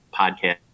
podcast